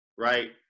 right